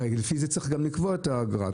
הרי לפי זה צריך גם לקבוע את האגרה.